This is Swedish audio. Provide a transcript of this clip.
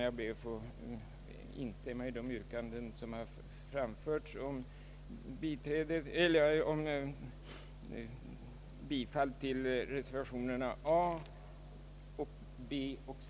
Jag ber att få instämma i de yrkanden som har framförts om bifall till reservationerna a, b och c.